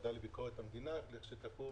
הוועדה לענייני ביקורת המדינה כאשר תקום,